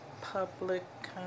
public